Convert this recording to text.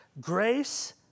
grace